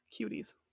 cuties